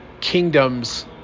kingdoms